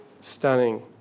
stunning